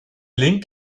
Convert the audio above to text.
link